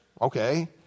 Okay